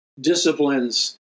disciplines